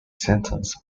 sentence